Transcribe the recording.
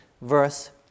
verse